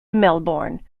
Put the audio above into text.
melbourne